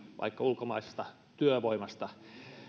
vaikka ulkomaisesta työvoimasta